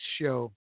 Show